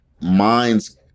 mind's